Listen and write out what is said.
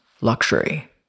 luxury